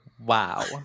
Wow